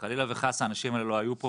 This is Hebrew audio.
חלילה וחס האנשים האלה לא היו פה,